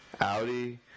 Audi